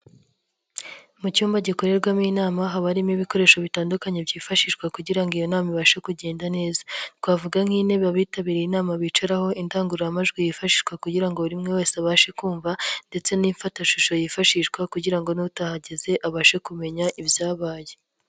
Mu cyumba gikorerwamo inama haba harimo ibikoresho bitandukanye byifashishwa kugira ngo iyo nama ibashe kugenda neza. Twavuga nk'intebe abitabiriye inama bicaraho, indangururamajwi yifashishwa kugira ngo buri umwe wese abashe kumva ndetse n'ifatashusho yifashishwa kugira ngo n'utahageze abashe kumenya ibyabaye.